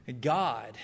God